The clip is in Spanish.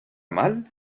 mal